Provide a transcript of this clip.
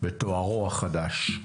בתוארו החדש.